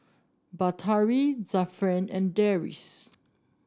Batari Zafran and Deris